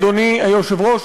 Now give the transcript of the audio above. אדוני היושב-ראש,